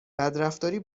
بدرفتاری